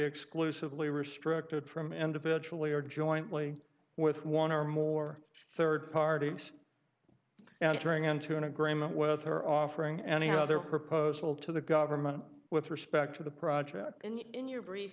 exclusively restricted from individually or jointly with one or more third parties now turning into an agreement with her offering any other proposal to the government with respect to the project and in your brief